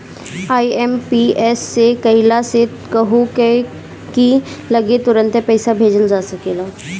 IMPS से कइला से कहू की लगे तुरंते पईसा भेजल जा सकेला